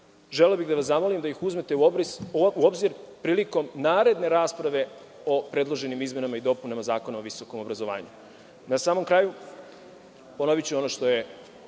želeo bih da vas zamolim da ih uzmete u obzir prilikom naredne rasprave o predloženim izmenama i dopunama Zakona o visokom obrazovanju. Na samom kraju, ponoviću ono što je